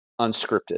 unscripted